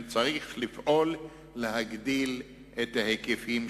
צריך לפעול להגדיל את ההיקפים.